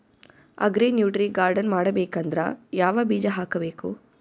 Agri nutri garden ಮಾಡಬೇಕಂದ್ರ ಯಾವ ಬೀಜ ಹಾಕಬೇಕು?